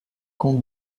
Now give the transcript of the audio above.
com